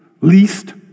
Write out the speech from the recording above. least